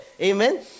Amen